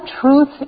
truth